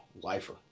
lifer